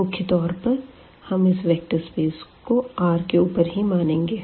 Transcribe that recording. मुख्य तौर पर हम इस वेक्टर स्पेस को R के ऊपर ही मानेंगे